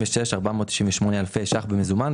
56,498 אלפי ₪ במזומן,